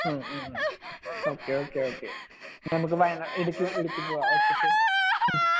മ് മ് മ് ഓക്കെ ഓക്കെ ഓക്കെ എന്നാൽ നമുക്ക് വയനാട് ഇടുക്കി ഇടുക്കി പോകാം ഓക്കെ ശെരി മ്